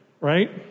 right